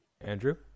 Andrew